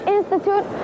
Institute